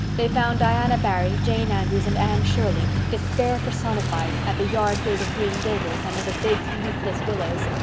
they found diana barry, jane andrews, and anne shirley, despair personified, at the yard gate of green gables, under the big leafless willows.